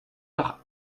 doch